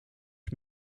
met